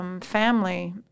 family